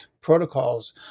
protocols